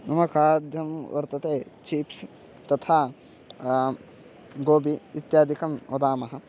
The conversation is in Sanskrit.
मम खाद्यं वर्तते चीप्स् तथा गोबि इत्यादिकं वदामः